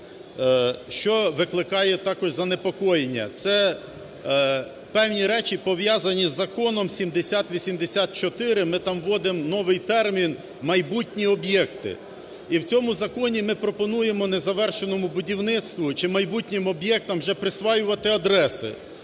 Що викликає також занепокоєння? Це певні речі, пов'язані з законом 7084, ми там вводимо новий термін "майбутні об'єкти". І в цьому законі ми пропонуємо незавершеному будівництву чи майбутнім об'єктам вже присвоювати адреси,